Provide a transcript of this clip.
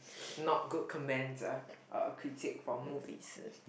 not good comments ah or critique for movies